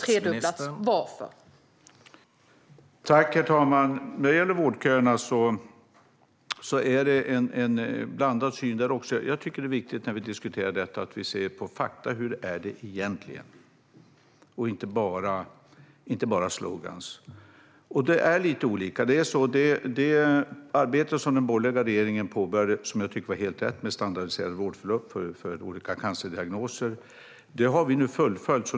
Herr talman! När det gäller vårdköerna är synen blandad. Jag tycker att det är viktigt att vi, när vi diskuterar detta, ser på fakta: Hur är det egentligen? Det får inte bara bli sloganer. Det är lite olika. Det arbete som den borgerliga regeringen påbörjade, vilket jag tycker var helt rätt, med standardiserade vårdförlopp för olika cancerdiagnoser har vi nu fullföljt.